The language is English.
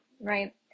right